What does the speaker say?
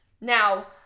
Now